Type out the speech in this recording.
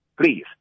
please